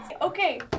Okay